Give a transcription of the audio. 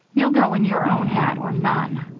you'll go in your own hat or none.